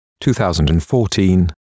2014